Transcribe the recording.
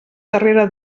darrere